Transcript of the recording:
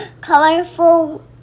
colorful